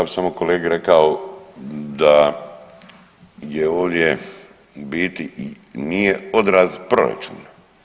Ja bi samo kolegi rekao da je ovdje u biti i nije odraz proračuna.